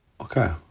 Okay